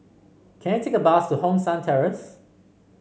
can I take a bus to Hong San Terrace